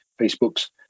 facebook's